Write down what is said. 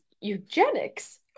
eugenics